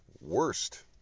worst